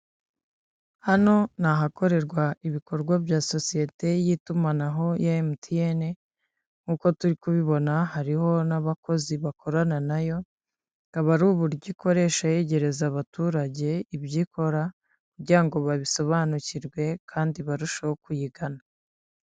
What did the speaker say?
Hano ni ahakorerwa ibikorwa bya sosiyete y'itumanaho ya emutiyene nk'uko turi kubibona hariho n'abakozi bakorana nayo, bukaba ari uburyo ikoresha yegereza abaturage ibyo ikora kugira ngo babisobanukirwe kandi barusheho kuyigana.